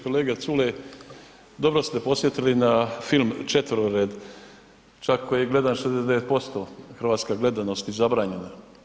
Kolega Culej, dobro ste podsjetili na film „Četverored“ čak koji je gledan 69% hrvatska gledanost i zabranjena.